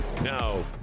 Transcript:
Now